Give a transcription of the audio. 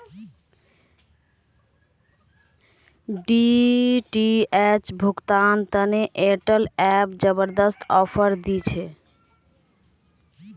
DTH भुगतान तने Airtel app जबरदस्त ऑफर दी छे